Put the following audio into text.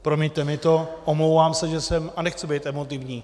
Promiňte mi to, omlouvám se, že jsem, a nechci být emotivní.